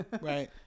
Right